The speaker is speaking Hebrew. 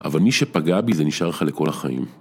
אבל מי שפגע בי זה נשאר לך לכל החיים.